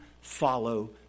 follow